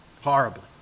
Horribly